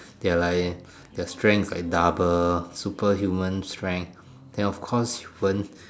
ya lah ya their strengths like double superhumans strength and of course won't